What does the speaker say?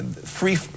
free